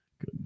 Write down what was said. Good